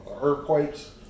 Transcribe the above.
earthquakes